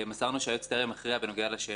מסרנו שהיועץ טרם הכריע בשאלה,